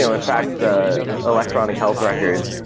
so in fact, the electronic health records,